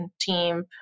team